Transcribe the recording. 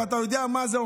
ואתה יודע מה זה,